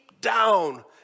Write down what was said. down